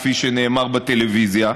כפי שנאמר בטלוויזיה,